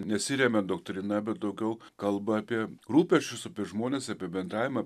nesiremia doktrina bet daugiau kalba apie rūpesčius apie žmones apie bendravimą